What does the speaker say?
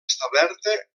establerta